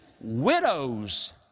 widows